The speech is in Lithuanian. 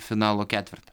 finalo ketvertą